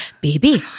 Baby